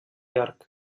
york